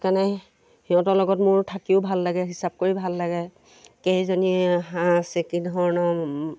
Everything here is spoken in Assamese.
সেইকাৰণে সিহঁতৰ লগত মোৰ থাকিও ভাল লাগে হিচাপ কৰি ভাল লাগে কেইজনী হাঁহ আছে কেইধৰণৰ